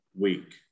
week